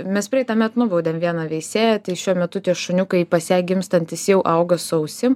mes praeitąmet nubaudėm vieną veisėją tai šiuo metu tie šuniukai pas ją gimstantys jau auga su ausim